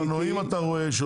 אתה רואה אופנועים.